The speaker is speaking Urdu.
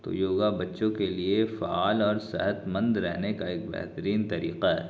تو یوگا بچوں کے لیے فعال اور صحت مند رہنے کا ایک بہترین طریقہ ہے